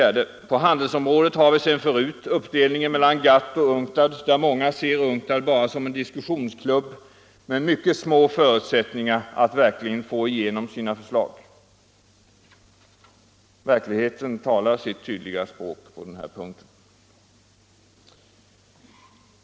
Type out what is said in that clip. På handelsområdet har vi sedan förut uppdelningen mellan GATT och UNCTAD, där många ser UNCTAD bara som en diskussionsklubb med mycket små förutsättningar att verkligen få igenom sina förslag. Verkligheten talar sitt tydliga språk på den här punkten.